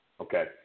Okay